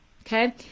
okay